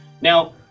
Now